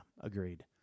agreed